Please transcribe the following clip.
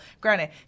Granted